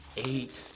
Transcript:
eight.